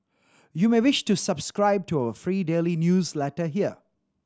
you may wish to subscribe to our free daily newsletter here